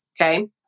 Okay